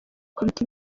komite